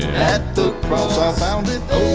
the cross i found it